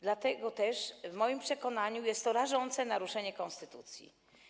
Dlatego też w moim przekonaniu jest to rażące naruszenie konstytucji.